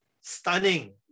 stunning